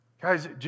Guys